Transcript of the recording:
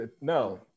No